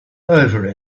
over